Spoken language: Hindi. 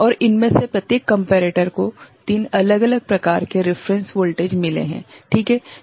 और इनमें से प्रत्येक कम्पेरेटर को 3 अलग अलग प्रकार के रेफरेंस वोल्टेज मिले हैं ठीक हैं